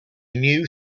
new